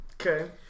okay